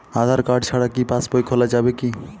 আধার card ছাড়া কি passbook খোলা যাবে কি?